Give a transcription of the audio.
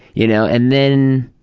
you know, and then